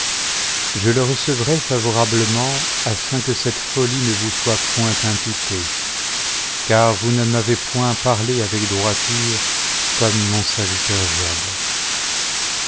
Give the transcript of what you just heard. je le recevrai favorablement afin que cette folie ne vous soit point imputée car vous ne m'avez point parlé avec droiture comme mon serviteur job